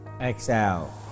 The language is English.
exhale